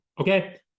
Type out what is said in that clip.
Okay